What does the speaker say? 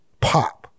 pop